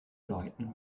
leuten